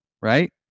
right